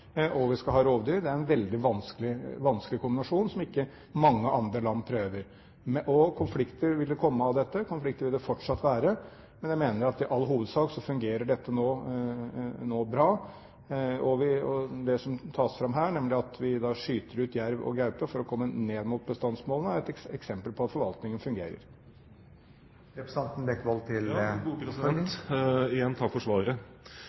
og at vi skal ha rovdyr, er en veldig vanskelig kombinasjon som ikke mange andre land prøver. Konflikter vil komme av dette, konflikter vil det fortsatt være, men jeg mener at i all hovedsak fungerer dette nå bra. Det som tas fram her, nemlig at vi skyter ut jerv og gaupe for å komme ned mot bestandsmålene, er et eksempel på at forvaltningen fungerer. Igjen takk for svaret. Utgangspunktet for denne arbeidsgruppen var jo at landbruksministeren slo alarm og sa i 2009 at selve eksistensgrunnlaget for